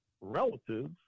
relatives